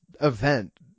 event